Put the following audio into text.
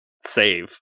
save